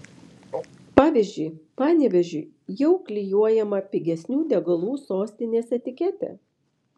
pavyzdžiui panevėžiui jau klijuojama pigesnių degalų sostinės etiketė